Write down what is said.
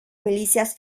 milicias